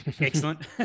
Excellent